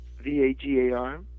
V-A-G-A-R